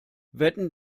wetten